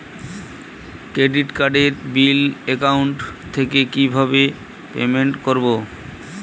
Credit কার্ডের bill account থেকে কিভাবে পেমেন্ট করবো?